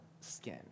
skin